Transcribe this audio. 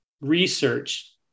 research